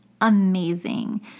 amazing